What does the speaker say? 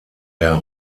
der